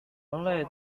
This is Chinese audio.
人类